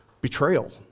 betrayal